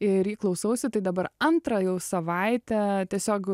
ir jį klausausi tai dabar antrą jau savaitę tiesiog